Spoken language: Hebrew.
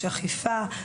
יש אכיפה,